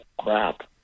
crap